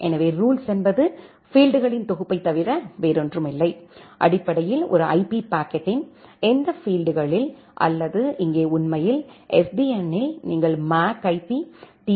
எனவே ரூல்ஸு என்பது பீல்ட்களின் தொகுப்பைத் தவிர வேறொன்றுமில்லை அடிப்படையில் ஒரு ஐபி பாக்கெட்டின் எந்தத் பீல்ட்களில் அல்லது இங்கே உண்மையில் SDN ல் நீங்கள் மேக் ஐபி டீ